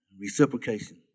reciprocation